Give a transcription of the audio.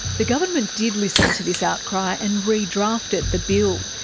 the government did listen to this outcry, and redrafted the bill.